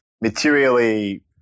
materially